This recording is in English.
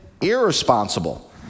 irresponsible